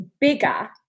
bigger